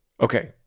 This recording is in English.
Okay